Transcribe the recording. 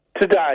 today